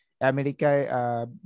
America